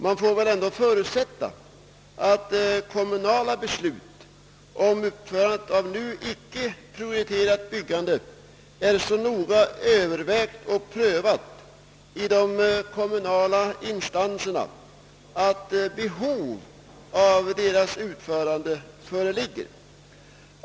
Man får väl än då förutsätta att kommunala beslut om uppförande av nu icke prioriterade byggen är så noga övervägda och prövade i de kommunala instanserna att behov av byggandet föreligger.